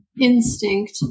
instinct